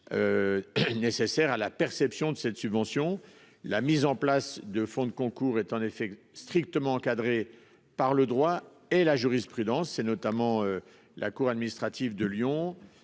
Nécessaires à la perception de cette subvention, la mise en place de fonds de concours est en effet strictement encadré par le droit et la jurisprudence, c'est notamment la cour administrative de Lyon.